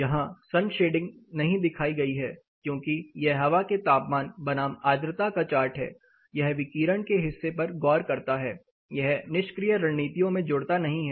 यहां sun shading नहीं दिखाई गई है क्योंकि यह हवा के तापमान बनाम आद्रता का चार्ट है यह विकिरण के हिस्से पर गौर करता है यह निष्क्रिय रणनीतियों में जुड़ता नहीं है